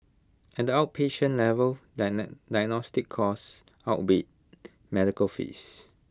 at the outpatient level diagnostic costs outweighed medical fees